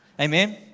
Amen